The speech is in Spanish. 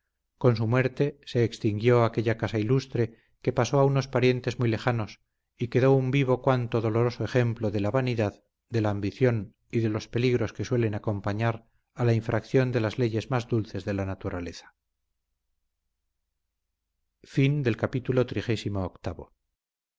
con su muerte se extinguió aquella casa ilustre que pasó a unos parientes muy lejanos y quedó un vivo cuanto doloroso ejemplo de la vanidad de la ambición y de los peligros que suelen acompañar a la infracción de las leyes más dulces de la naturaleza